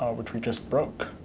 which we just broke